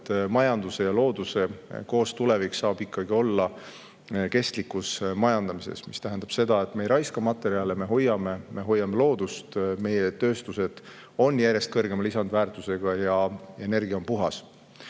et majanduse ja looduse ühine tulevik saab seisneda kestlikus majandamises. See tähendab seda, et me ei raiska materjale, me hoiame loodust, meie tööstused on järjest kõrgema lisandväärtusega ja meie energia on puhas.